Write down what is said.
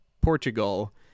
Portugal